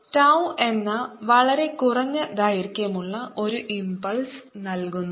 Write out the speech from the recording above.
tau എന്ന വളരെ കുറഞ്ഞ ദൈർഘ്യമുള്ള ഒരു ഇമ്പ്പ്ളസ് നൽകുന്നു